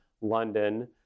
London